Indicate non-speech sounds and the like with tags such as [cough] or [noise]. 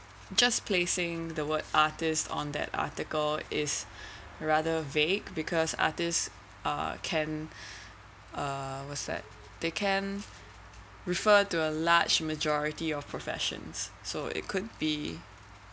just placing the word artist on that article is [breath] rather vague because artist uh can [breath] uh what's that they can refer to a large majority of professions so it could be